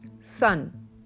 sun